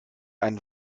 ein